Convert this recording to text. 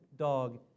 Dog